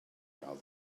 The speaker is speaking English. other